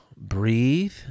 breathe